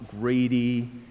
greedy